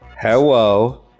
hello